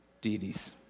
deities